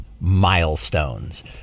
milestones